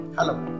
Hello